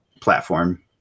platform